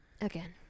Again